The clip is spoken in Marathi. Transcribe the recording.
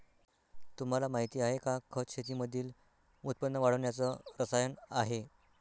तुम्हाला माहिती आहे का? खत शेतीमधील उत्पन्न वाढवण्याच रसायन आहे